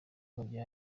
ibikorwa